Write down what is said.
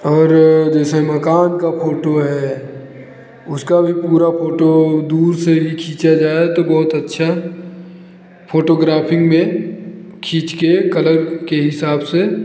और जैसे मकान का फोटो है उसका भी पूरा फोटो दूर से भी खींचा जाए तो बहुत अच्छा है फोटोग्राफी में खिच के कलर के हिसाब से